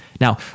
now